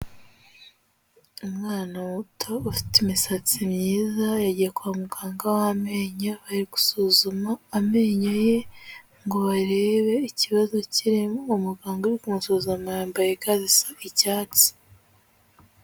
Umwana muto ufite imisatsi myiza yagiye kwa muganga w'amenyo, bari gusuzuma amenyo ye ngo barebe ikibazo kirimo, umuganga uri kumusuzuma yambaye ga zisa icyatsi.